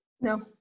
No